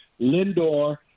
Lindor